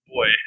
Boy